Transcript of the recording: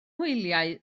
hwyliau